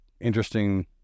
interesting